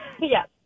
Yes